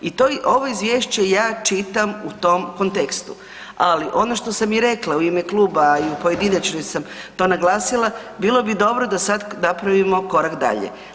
I ovo izvješće ja čitam u tom kontekstu, ali ono što sam i rekla u ime kluba i u pojedinačnoj sam to naglasila bilo bi dobro da sad napravimo korak dalje.